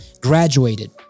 graduated